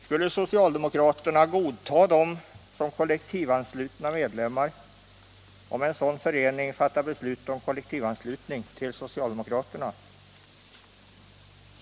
Skulle socialdemokraterna godta medlemmar i dessa föreningar som kollektivanslutna partimedlemmar, om vederbörande förening fattade beslut om kollektivanslutning till socialdemokraterna?